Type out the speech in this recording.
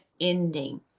ending